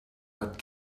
but